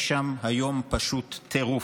היום יש שם פשוט טירוף.